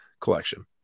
collection